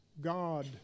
God